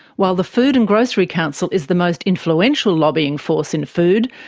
while the food and grocery council is the most influential lobbying force in food,